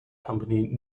company